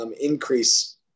increase